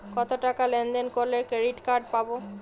কতটাকা লেনদেন করলে ক্রেডিট কার্ড পাব?